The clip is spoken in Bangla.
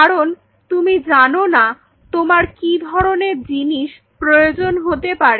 কারণ তুমি জানো না তোমার কি ধরনের জিনিস প্রয়োজন হতে পারে